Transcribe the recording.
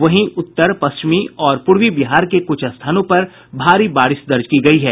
वहीं उत्तर पश्चिमी और पूर्वी बिहार के कुछ स्थानों पर भारी बारिश दर्ज की गयी है